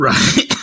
Right